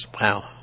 Wow